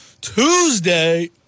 Tuesday